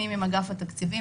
אז 1,000 מובאים לדיון משפטי,